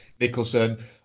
Nicholson